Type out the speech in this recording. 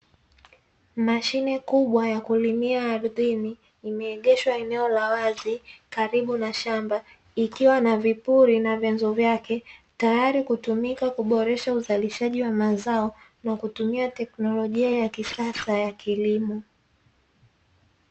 Mashine kubwa ya kulimia ardhini, imeegeshwa eneo la wazi, karibu na shamba, ikiwa na vipuli na vyanzo vyake, tayari kutumika kuboresha uzalishaji wa mazao, na kutumia teknolojia ya kisasa ya kilimo.